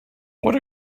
what